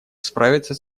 справиться